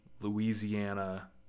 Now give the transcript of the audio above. Louisiana